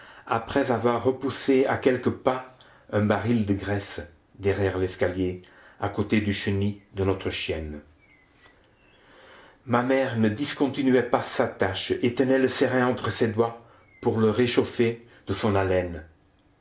après avoir repoussé à quelques pas un baril de graisse derrière l'escalier à côté du chenil de notre chienne ma mère ne discontinuait pas sa tâche et tenait le serin entre ses doigts pour le réchauffer de son haleine